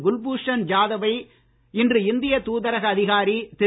குல்பூஷன் ஜாத வை இன்று இந்திய தூதரக அதிகாரி திரு